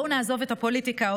בואו נעזוב את הפוליטיקה,